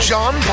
John